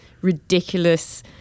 ridiculous